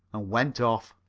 and went off.